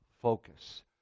focus